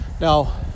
now